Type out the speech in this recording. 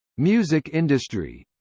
music industry